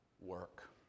work